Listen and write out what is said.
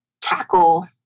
tackle